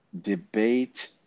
debate